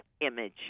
image